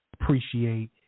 appreciate